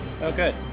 Okay